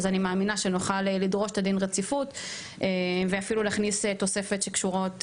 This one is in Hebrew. אני מאמינה שנוכל לדרוש את דין הרציפות ואפילו להכניס תוספת שקשורה.